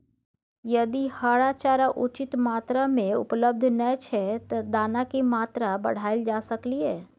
यदि हरा चारा उचित मात्रा में उपलब्ध नय छै ते दाना की मात्रा बढायल जा सकलिए?